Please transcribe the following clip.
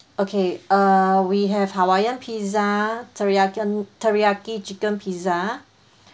okay uh we have hawaiian pizza teriyaki teriyaki chicken pizza